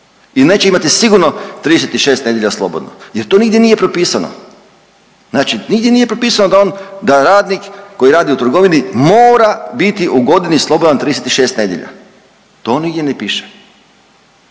i neće imati sigurno 36 nedjelja slobodno jer to nigdje nije propisano, znači nigdje nije propisano da on, da radnik koji radi u trgovini mora biti u godini slobodan 36 nedjelja, to nigdje ne piše.